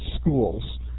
schools